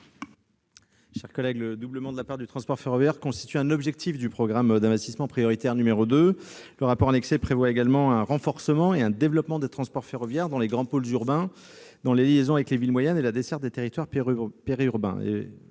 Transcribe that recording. de la commission ? Le doublement de la part du ferroviaire constitue un objectif du programme d'investissements prioritaires n° 2. Le rapport annexé prévoit « un renforcement et un développement des transports ferroviaires dans les grands pôles urbains, dans les liaisons avec les villes moyennes et la desserte des territoires périurbains